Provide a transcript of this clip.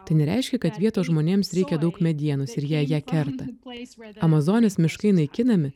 tai nereiškia kad vietos žmonėms reikia daug medienos ir jei jie kerta amazonės miškai naikinami